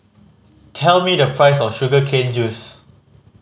tell me the price of sugar cane juice